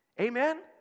Amen